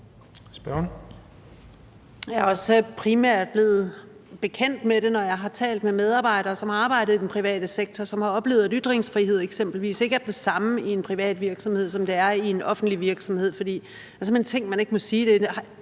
Jeg er også primært blevet bekendt med det, når jeg har talt med medarbejdere, som har arbejdet i den private sektor, og som har oplevet, at ytringsfrihed eksempelvis ikke er den samme i en privat virksomhed, som den er i en offentlig virksomhed, for der er simpelt hen ting, man ikke må sige,